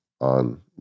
on